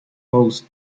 close